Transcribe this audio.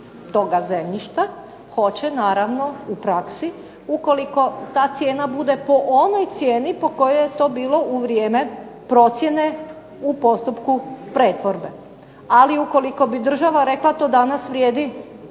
toga zemljišta hoće naravno u praksi ukoliko ta cijena bude po onoj cijeni po kojoj je to bilo u vrijeme procjene u postupku pretvorbe. Ali ukoliko bi država rekla to danas vrijedi